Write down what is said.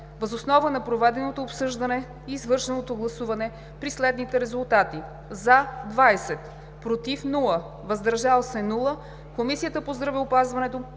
Въз основа на проведеното обсъждане и извършеното гласуване при следните резултати: „за“ – 20, без „против“ и „въздържали се“, Комисията по здравеопазването